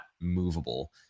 movable